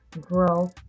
grow